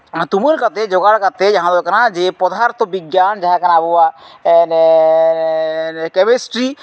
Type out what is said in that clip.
ᱛᱩᱢᱟᱹᱞ ᱠᱟᱛᱮ ᱡᱚᱜᱟᱲ ᱠᱟᱛᱮ ᱡᱟᱦᱟᱸ ᱫᱚ ᱦᱩᱭᱩᱜ ᱠᱟᱱᱟ ᱡᱮ ᱯᱚᱫᱟᱨᱛᱷᱚ ᱵᱤᱫᱽᱫᱟ ᱡᱟᱦᱟᱸ ᱠᱟᱱᱟ ᱟᱵᱚᱣᱟᱜ ᱠᱮᱢᱮᱥᱴᱨᱤ